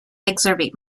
exacerbate